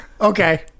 Okay